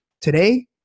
Today